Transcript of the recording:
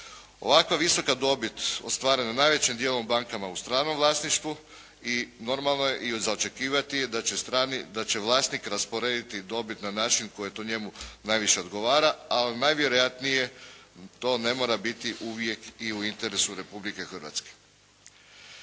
Ovakva visoka dobit ostvarena najvećim dijelom bankama u stranom vlasništvu i normalno je i za očekivati je da će vlasnik rasporediti dobit na način koji je to njemu najviše odgovara. Ali najvjerojatnije to ne mora biti uvijek i u interesu Republike Hrvatske.